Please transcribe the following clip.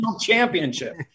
championship